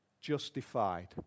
justified